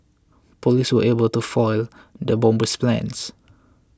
police were able to foil the bomber's plans